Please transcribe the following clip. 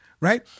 right